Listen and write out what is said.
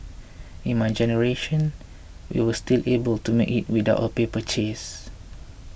in my generation we were still able to make it without a paper chase